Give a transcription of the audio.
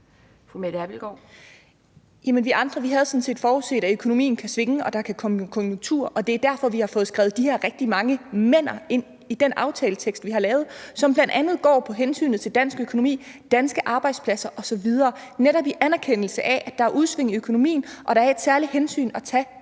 sådan set forudset, at økonomien kan svinge og der kan komme konjunktur, og det er derfor, vi har fået skrevet de her rigtig mange men'er ind i den aftaletekst, vi har lavet, som bl.a. går på hensynet til dansk økonomi, danske arbejdspladser osv. – netop i anerkendelse af at der er udsving i økonomien og der er et særligt hensyn at tage